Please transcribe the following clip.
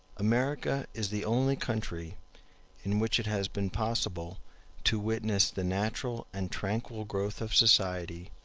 america is the only country in which it has been possible to witness the natural and tranquil growth of society,